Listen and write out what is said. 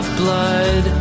blood